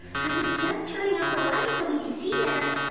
i was just turning out the light so we could see better.